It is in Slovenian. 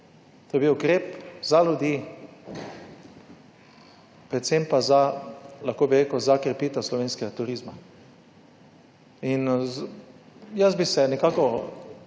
To je bil ukrep za ljudi, predvsem pa za, lahko bi rekel, za krepitev slovenskega turizma. Jaz bi se nekako,